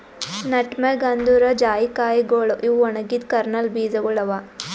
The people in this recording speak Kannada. ನಟ್ಮೆಗ್ ಅಂದುರ್ ಜಾಯಿಕಾಯಿಗೊಳ್ ಇವು ಒಣಗಿದ್ ಕರ್ನಲ್ ಬೀಜಗೊಳ್ ಅವಾ